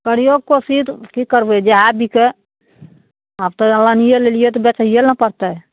करिऔ कोशिश कि करबै जएह बिकै आब तऽ आनिए लेलिए तऽ बेचैए ने पड़तै